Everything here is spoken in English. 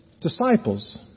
disciples